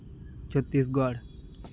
Chhattisgarh